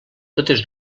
totes